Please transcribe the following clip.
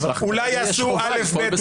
אולי יעשו לפי א'-ב',